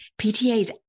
PTAs